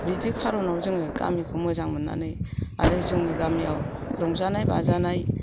बिदि खार'नाव जोङो गामिखौ मोजां मोननानै आरो जोंनि गामियाव रंजानाय बाजानाय